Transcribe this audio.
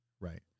right